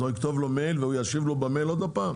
אז הוא יכתוב לו מייל והוא ישיב לו במייל עוד פעם?